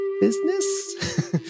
business